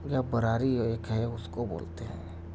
یا براری ایک ہے اس کو بولتے ہیں